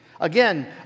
Again